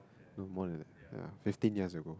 not more than ya fifteen years ago